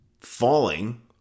falling